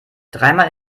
dreimal